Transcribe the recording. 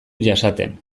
jasaten